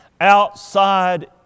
Outside